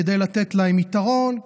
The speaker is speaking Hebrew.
כדי לתת להם יתרון,